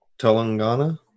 Telangana